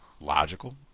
logical